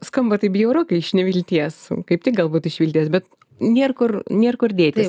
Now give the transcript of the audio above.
skamba taip bjauru kai iš nevilties kaip tik galbūt iš vilties bet nėr kur nėr kur dėtis